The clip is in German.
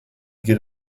gilt